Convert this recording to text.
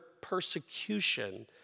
persecution